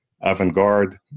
avant-garde